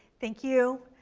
thank you.